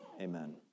amen